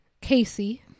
Casey